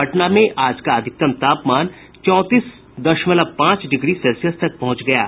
पटना में आज का अधिकतम तापमान चौंतीस दशमलव पांच डिग्री सेल्सियस तक पहुंच गया है